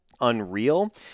unreal